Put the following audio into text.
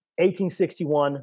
1861